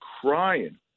crying